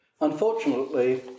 Unfortunately